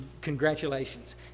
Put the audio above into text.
congratulations